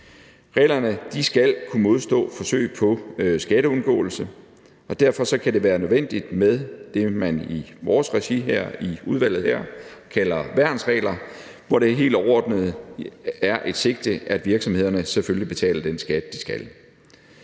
Reglerne skal kunne modstå forsøg på skatteundgåelse, og derfor kan det være nødvendigt med det, man i vores regi her i udvalget kalder værnsregler, hvor det helt overordnet er et sigte, at virksomhederne selvfølgelig betaler den skat, de skal.